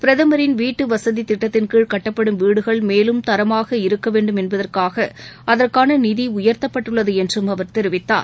பிரதமரின் வீட்டுவசதி திட்டத்தின்கீழ் கட்டப்படும் வீடுகள் மேலும் தரமாக இருக்கவேண்டும் என்பதற்காக அதற்கான நிதி உயர்த்தப்பட்டுள்ளது என்றம் அவர் தெரிவித்தார்